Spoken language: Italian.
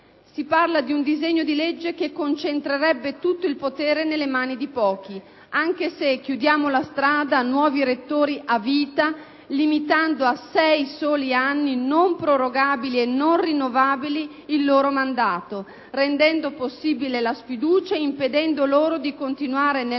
Si parla di un disegno di legge che concentrerebbe tutto il potere nelle mani di pochi, anche se chiudiamo la strada a nuovi rettori a vita, limitando a sei soli anni, non prorogabili e non rinnovabili, il loro mandato, rendendo possibile la sfiducia e impedendo loro di continuare nella